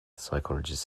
psychologist